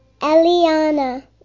Eliana